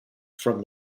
from